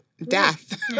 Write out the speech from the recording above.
death